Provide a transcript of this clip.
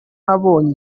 ntabonye